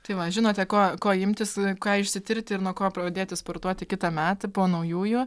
tai va žinote ko ko imtis ką išsitirti ir nuo ko pradėti sportuoti kitąmet po naujųjų